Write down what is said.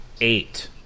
Eight